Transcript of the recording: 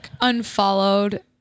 unfollowed